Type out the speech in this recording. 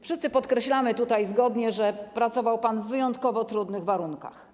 Wszyscy tutaj podkreślamy zgodnie, że pracował pan w wyjątkowo trudnych warunkach.